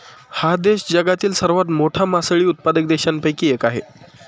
हा देश जगातील सर्वात मोठा मासळी उत्पादक देशांपैकी एक आहे